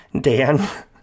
Dan